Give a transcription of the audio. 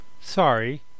Sorry